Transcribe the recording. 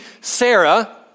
Sarah